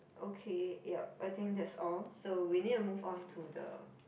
okay yup I think that's all so we need to move on to the